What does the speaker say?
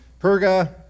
Perga